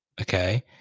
Okay